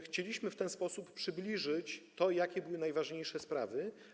Chcieliśmy w ten sposób przybliżyć to, jakie były najważniejsze sprawy.